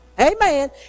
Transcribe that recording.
Amen